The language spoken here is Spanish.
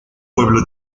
pueblo